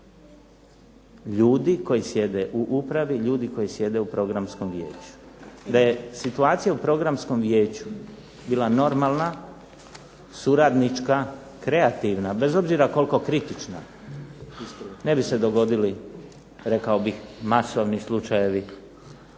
Ljudi koji sjede u upravi, ljudi koji sjede u Programskom vijeću. Da je situacija u Programskom vijeću bila normalna, suradnička, kreativna, bez obzira koliko kritična, ne bi se dogodili rekao bih masovni slučajevi